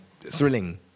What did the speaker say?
thrilling